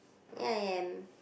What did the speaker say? ya I am